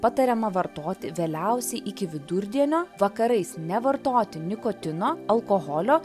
patariama vartoti vėliausiai iki vidurdienio vakarais nevartoti nikotino alkoholio